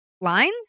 lines